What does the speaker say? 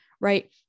right